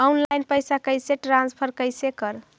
Online पैसा कैसे transfer कैसे कर?